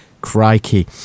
Crikey